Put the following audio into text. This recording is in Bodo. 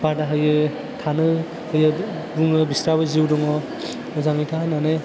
बादा होयो थानो होयो बुङो बिस्राबो जिउ दङ मोजाङै था होननानै